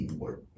work